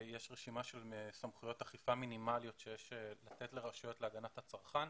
יש רשימה של סמכויות אכיפה מינימליות שיש לתת לרשויות להגנת הצרכן.